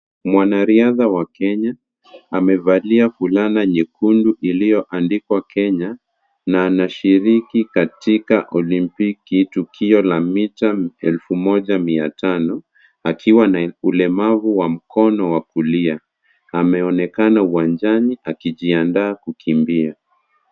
Mwanariadha wa Kenya amevalia fulana nyekundu iliyoandikwa Kenya na anashiriki katika olimpiki, tukio la mita elfu moja mia tano, akiwa na ulemavu wa mkono wa kulia. Ameonekana uwanjani akijiandaa kukimbia.